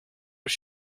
was